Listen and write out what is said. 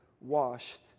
washed